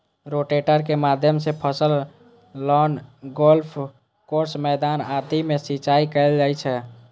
rotator के माध्यम सं फसल, लॉन, गोल्फ कोर्स, मैदान आदि मे सिंचाइ कैल जाइ छै